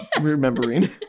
remembering